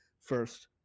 first